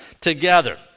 together